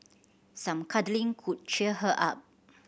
some cuddling could cheer her up